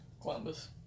Columbus